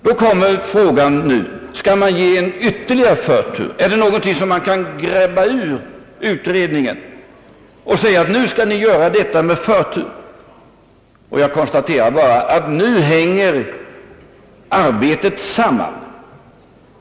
Då kommer nu frågan: Skall man ge en ytterligare förtur? Är det något som man kan bryta loss ur utredningen och säga, att man skall göra det med förtur? Jag konstaterar bara att arbetet nu hänger samman.